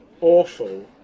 Awful